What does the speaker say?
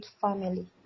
family